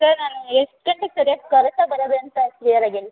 sir ನಾನು ಎಷ್ಟು ಗಂಟೆಗೆ ಸರಿಯಾಗಿ ಕರೆಕ್ಟಾಗಿ ಬರೋದ ಅಂತ ಕ್ಲಿಯರಾಗಿ ಹೇಳಿ ಸರ್